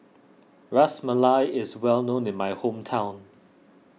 Ras Malai is well known in my hometown